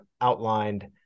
outlined